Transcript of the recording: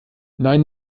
nein